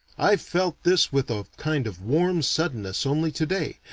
i felt this with a kind of warm suddenness only today,